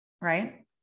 right